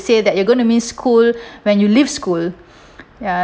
say that you're gonna miss school when you leave school